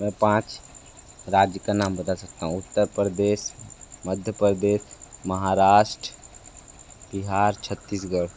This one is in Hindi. मैं पाँच राज्य का नाम बता सकता हूँ उत्तर प्रदेश मध्य प्रदेश महाराष्ट्र बिहार छत्तीसगढ़